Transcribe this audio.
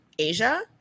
Asia